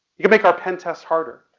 you can make our pentests harder.